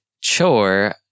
chore